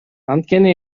анткени